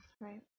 Right